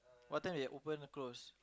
what time they open close